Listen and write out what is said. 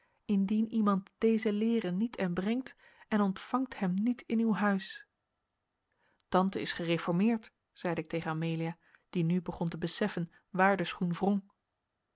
indien iemand dese leere niet en brengt en ontfangt hem niet in uw huys tante is gereformeerd zeide ik tegen amelia die nu begon te beseffen waar de schoen